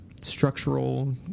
structural